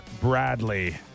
Bradley